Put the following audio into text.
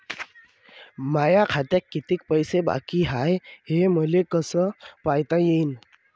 माया खात्यात कितीक पैसे बाकी हाय हे मले कस पायता येईन?